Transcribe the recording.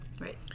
Right